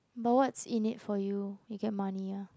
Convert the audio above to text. no what's in it for you you get money ah